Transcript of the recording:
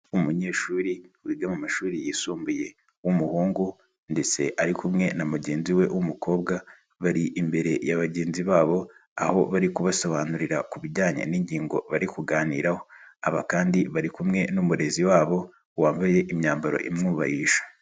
Umunyeshuri wiga mu mashuri yisumbuye w'umuhungu ndetse ari kumwe na mugenzi we w'umukobwa bari imbere ya bagenzi babo aho bari kubasobanurira ku bijyanye n'ingingo bari kuganiraho, aba kandi bari kumwe n'umurezi wabo wambaye imyambaro imwubahisha.